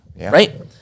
right